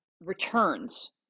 returns